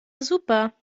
super